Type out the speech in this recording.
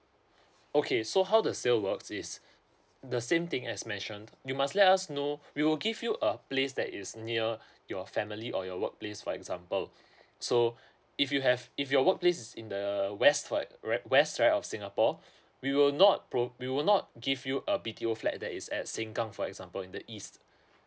okay so how the sale works is the same thing as mentioned you must let us know we will give you a place that is near your family or your workplace for example so if you have if your work place in the west like where west side of singapore we will not pro we will not give you a B_T_O you flat that is at sengkang for example in the east